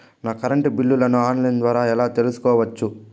నా కరెంటు బిల్లులను online ద్వారా ఎలా తెలుసుకోవచ్చు?